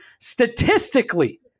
statistically